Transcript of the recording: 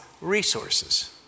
resources